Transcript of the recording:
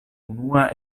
unua